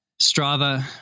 Strava